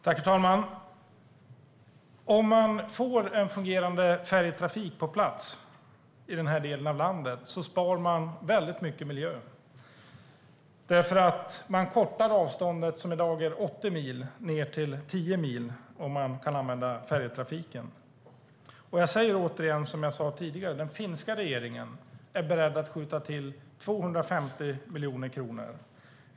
Herr talman! Om man får en fungerande färjetrafik på plats i den delen av landet spar man väldigt mycket på miljön. Avståndet som i dag är 80 mil kortas nämligen ned till 10 mil, om man kan använda färjetrafiken. Jag säger som jag sa tidigare: Den finska regeringen är beredd att skjuta till 250 miljoner kronor.